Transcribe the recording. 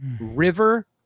River